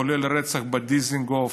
כולל הרצח בדיזינגוף,